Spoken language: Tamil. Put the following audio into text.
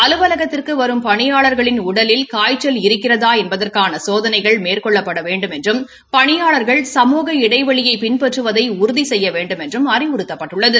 அலுவலகத்துக்கு வரும் பணியாள்களின் உடலில் காய்ச்சல் இருக்கிறதா என்பதற்கான சோதனைகள் மேற்கொள்ளப்பட வேண்டும் என்றும் பணியாளாகள் சமூக இடைவெளியை பின்பற்றுவதை உறுதி செய்ய வேண்டுமென்றும் அறிவுறுத்தப்பட்டுள்ளது